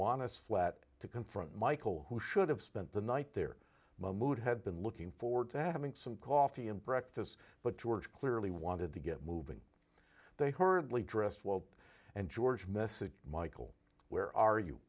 want us flag at to confront michael who should have spent the night there mahmoud had been looking forward to having some coffee and breakfast but george clearly wanted to get moving they heard lee dressed well and george message michael where are you